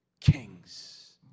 Kings